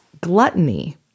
gluttony